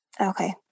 Okay